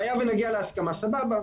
והיה ונגיע להסכמה סבבה,